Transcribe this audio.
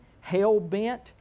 hell-bent